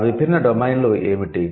ఆ విభిన్న డొమైన్లు ఏమిటి